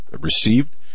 received